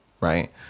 Right